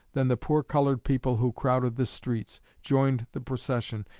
than the poor colored people who crowded the streets, joined the procession,